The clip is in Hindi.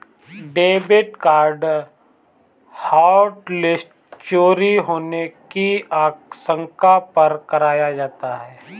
डेबिट कार्ड हॉटलिस्ट चोरी होने की आशंका पर कराया जाता है